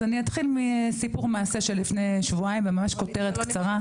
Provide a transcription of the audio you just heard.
אז אני אתחיל מסיפור מעשה של לפני שבועיים וממש כותרת קצרה,